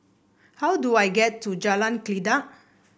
how do I get to Jalan Kledek